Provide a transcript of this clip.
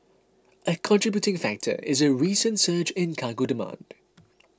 a contributing factor is a recent surge in cargo demand